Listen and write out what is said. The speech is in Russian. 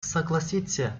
согласиться